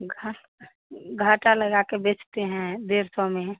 घा घाटा लगा के बेचते हैं डेढ़ सौ में